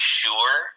sure